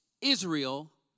Israel